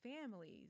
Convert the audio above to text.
families